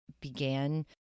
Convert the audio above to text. began